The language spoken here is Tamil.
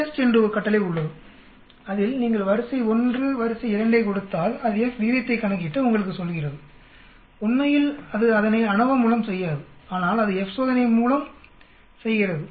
FTEST என்று ஒரு கட்டளை உள்ளது அதில் நீங்கள் வரிசை 1 வரிசை 2 ஐ கொடுத்தால் அது F விகிதத்தை கணக்கிட்டு உங்களுக்கு சொல்கிறது உண்மையில் அது அதனை அநோவா மூலம் செய்யாது ஆனால் அது F சோதனை மூலம் செய்கிறது